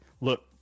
look